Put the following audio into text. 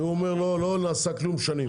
כי הוא אומר שלא נעשה כלום שנים.